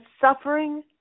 suffering